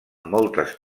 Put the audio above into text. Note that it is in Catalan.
moltes